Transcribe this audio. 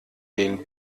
den